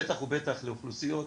בטח ובטח לאוכלוסיות